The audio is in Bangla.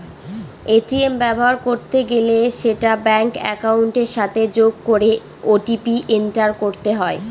এ.টি.এম ব্যবহার করতে গেলে সেটা ব্যাঙ্ক একাউন্টের সাথে যোগ করে ও.টি.পি এন্টার করতে হয়